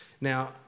Now